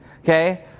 okay